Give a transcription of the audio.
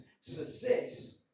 success